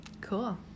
cool